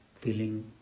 feeling